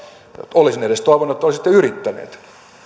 olisin toivonut että olisitte edes yrittäneet